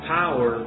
power